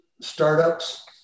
startups